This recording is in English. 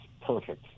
perfect